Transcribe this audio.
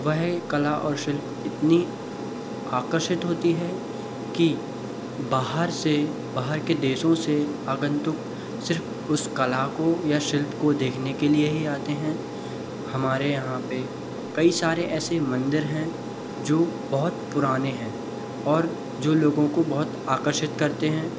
वह कला और शिल्प इतनी आकर्षित होती है कि बाहर से बाहर के देशों से अगंतुक सिर्फ़ उस कला को या शिल्प को देखने के लिए ही आते हैं हमारे यहाँ पर कई सारे ऐसे मंदिर हैं जो बहुत पुराने हैं और जो लोगों को बहुत आकर्षित करते हैं